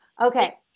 Okay